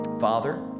Father